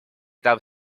этап